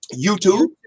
YouTube